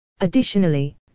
Additionally